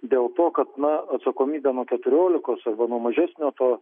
dėl to kad na atsakomybė nuo keturiolikos arba nuo mažesnio to